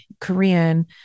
Korean